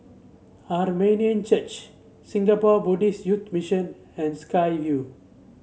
Armenian Church Singapore Buddhist Youth Mission and Sky Vue